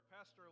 Pastor